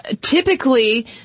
typically